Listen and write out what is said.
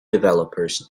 developers